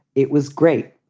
it was great.